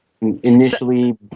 Initially